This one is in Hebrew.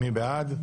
מי בעד?